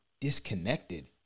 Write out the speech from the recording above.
disconnected